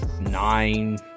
nine